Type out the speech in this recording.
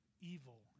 evil